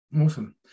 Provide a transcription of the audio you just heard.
Awesome